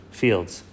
fields